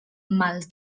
mal